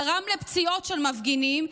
גרם לפציעות של מפגינים,